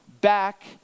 back